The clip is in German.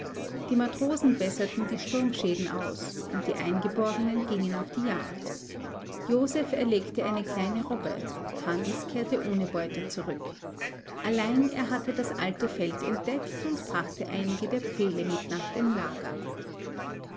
die matrosen besserten die sturmschäden aus und die eingeborenen gingen auf die jagd joseph erlegte eine kleine robbe hans kehrte ohne beute zurück allein er hatte das alte feld entdeckt und brachte einige der pfähle mit nach dem lager